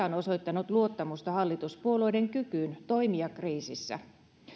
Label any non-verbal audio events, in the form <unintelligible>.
<unintelligible> on osoittanut luottamusta hallituspuolueiden kykyyn toimia kriisissä